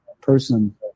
person